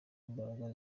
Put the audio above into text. imbaraga